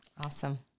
Awesome